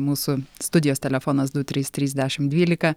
mūsų studijos telefonas du trys trys dešimt dvylika